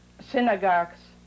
synagogues